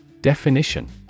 Definition